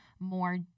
more